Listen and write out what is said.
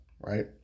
right